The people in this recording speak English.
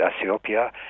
Ethiopia